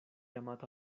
amata